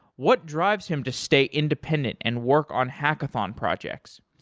what drives him to stay independent and work on hackathon projects?